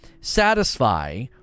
satisfy